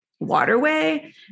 waterway